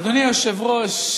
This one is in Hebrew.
אדוני היושב-ראש,